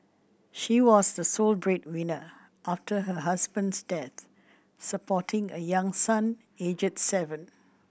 she was the sole breadwinner after her husband's death supporting a young son aged seven